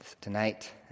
tonight